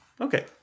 Okay